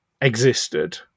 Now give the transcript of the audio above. existed